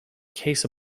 case